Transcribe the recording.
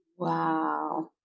Wow